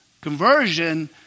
Conversion